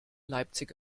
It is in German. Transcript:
leipzig